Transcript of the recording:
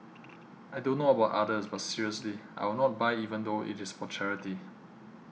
I don't know about others but seriously I will not buy even though it is for charity